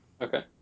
okay